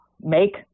make